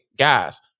guys